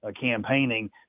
campaigning